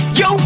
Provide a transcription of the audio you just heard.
yo